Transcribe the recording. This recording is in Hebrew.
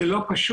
זה לא פשוט.